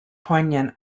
poignant